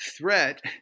threat